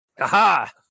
Aha